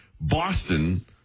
Boston